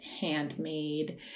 handmade